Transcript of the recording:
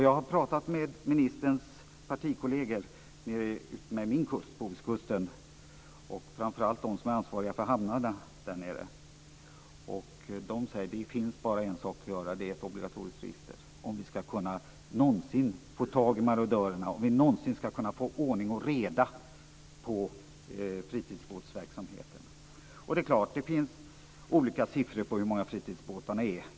Jag har pratat med ministerns partikolleger längs min hemkust, Bohuskusten, framför allt med dem som är ansvariga för hamnarna där nere. De säger att det bara finns en sak att göra, och det är att införa ett obligatoriskt register, om vi någonsin skall kunna få tag i marodörerna och kunna få ordning och reda på fritidsbåtsverksamheten. Det finns olika siffror på hur många fritidsbåtarna är.